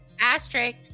asterisk